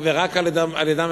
ורק על-ידם,